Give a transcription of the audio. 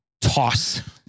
toss